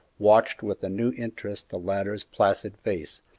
watched with a new interest the latter's placid face,